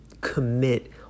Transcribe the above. commit